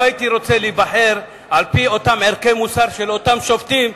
לא הייתי רוצה להיבחר על-פי אותם ערכי מוסר של אותם שופטים,